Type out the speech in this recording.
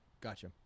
Gotcha